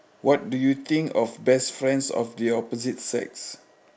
what do you think of best friends of the opposite sex